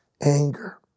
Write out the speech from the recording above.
anger